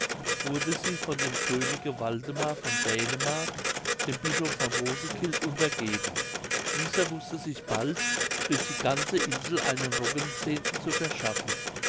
wurde sie von dem könige waldemar von dänemark dem bischofe von roeskild untergeben dieser wußte sich bald durch die ganze insel einen roggenzehnten zu verschaffen